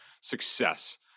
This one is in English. success